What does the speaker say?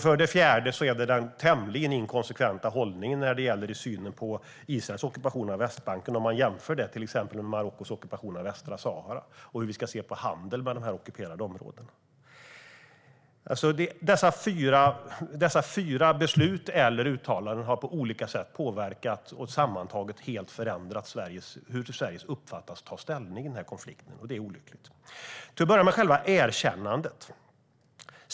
För det fjärde är det den tämligen inkonsekventa hållningen när det gäller synen på Israels ockupation av Västbanken jämfört med till exempel hållningen rörande Marockos ockupation av Västsahara och hur vi ska se på handel med de här ockuperade områdena. Dessa fyra beslut eller uttalanden har på olika sätt påverkat och sammantaget helt förändrat hur Sverige uppfattas ta ställning i den här konflikten, och det är olyckligt. Vi kan börja med själva erkännandet.